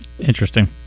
Interesting